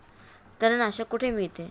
तणनाशक कुठे मिळते?